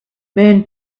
men